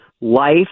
life